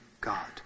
God